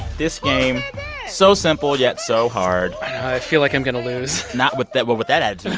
this game so simple yet so hard i feel like i'm going to lose not with that well, with that attitude,